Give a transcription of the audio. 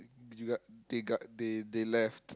you got they got they they left